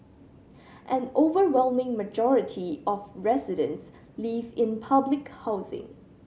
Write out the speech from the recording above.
an overwhelming majority of residents live in public housing